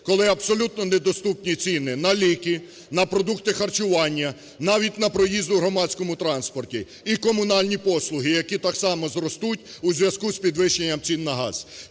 коли абсолютно недоступні ціни на ліки, на продукти харчування, навіть на проїзд у громадському транспорті і комунальні послуги, які так само зростуть у зв'язку з підвищенням цін на газ?